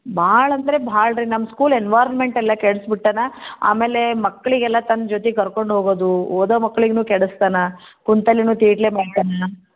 ಭಾಳ ಅಂದರೆ ಭಾಳ ರೀ ನಮ್ಮ ಸ್ಕೂಲ್ ಎನ್ವಾರ್ಮ್ಮೆಂಟ್ ಎಲ್ಲ ಕೆಡ್ಸಿಬಿಟ್ಟಾನ ಆಮೇಲೆ ಮಕ್ಕಳಿಗೆಲ್ಲ ತನ್ನ ಜೊತೆ ಕರ್ಕೊಂಡು ಹೋಗೋದು ಓದೋ ಮಕ್ಳಿಗೂ ಕೆಡಿಸ್ತಾನಾ ಕೂತಲ್ಲಿನೂ ಕೀಟ್ಲೆ ಮಾಡ್ತಾನೆ